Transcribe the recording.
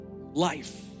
life